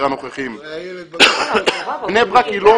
בני ברק היא לא